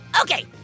Okay